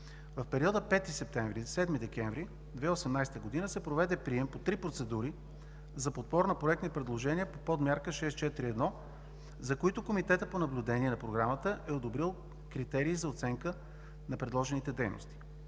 В периода 5 септември – 7 декември 2018 г. се проведе прием по три процедури за подбор на проектни предложения по подмярка 6.4.1, за които Комитетът по наблюдение на Програмата е одобрил критерии за оценка на предложените дейности.